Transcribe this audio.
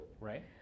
Right